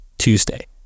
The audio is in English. Tuesday